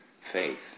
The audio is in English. faith